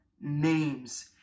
names